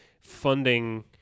funding